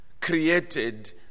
created